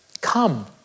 come